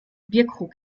bierkrug